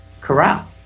corral